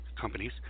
companies